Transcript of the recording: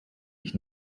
ich